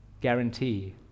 guarantee